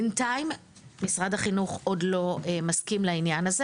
בינתיים משרד החינוך עוד לא מסכים לעניין הזה.